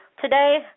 today